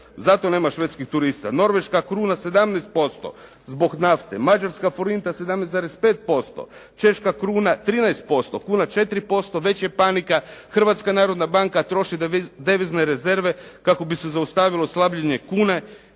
zato nema švedskih turista, norveška kruna 17% zbog nafte, mađarska forinta 17,5%, češka kruna 13%, kuna 4% već je panika. Hrvatska narodna banka troši devizne rezerve kako bi se zaustavilo slabljenje kune.